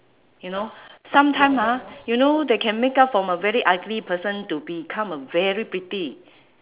you know sometime ah you know they can makeup from a very ugly person to become a very pretty